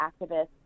activists